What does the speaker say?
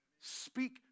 Speak